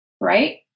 Right